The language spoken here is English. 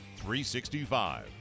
365